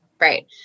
Right